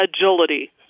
agility